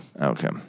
Okay